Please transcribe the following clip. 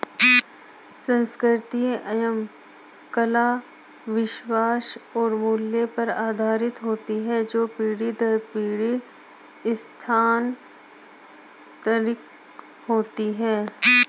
संस्कृति एवं कला विश्वास और मूल्य पर आधारित होती है जो पीढ़ी दर पीढ़ी स्थानांतरित होती हैं